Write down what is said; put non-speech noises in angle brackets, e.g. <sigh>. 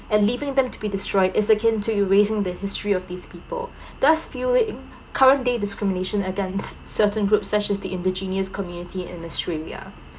and leaving them to be destroyed is akin to erasing the history of these people <breath> thus fueling current day discrimination against certain groups such as the indigenous community in australia